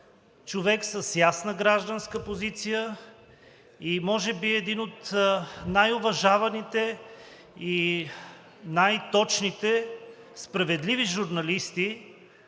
човек с ясна гражданска позиция и може би един от най-уважаваните и най-точните справедливи журналисти